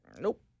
Nope